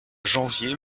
janvier